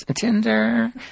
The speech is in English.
Tinder